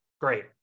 great